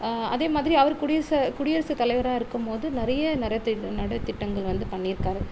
அதே மாதிரி அவரு குடியர குடியரசு தலைவராக இருக்கும் போது நிறைய நடத் நடத்திட்டங்கள் வந்து பண்ணியிருக்காரு